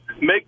make